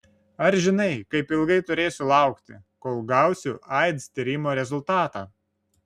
ar žinai kaip ilgai turėsiu laukti kol gausiu aids tyrimo rezultatą